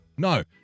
No